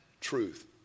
truth